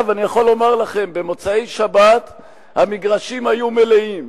אני יכול לומר לכם, במוצאי-שבת המגרשים היו מלאים.